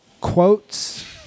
quotes